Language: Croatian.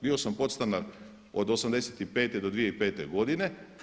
Bio sam podstanar od '85. do 2005. godine.